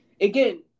again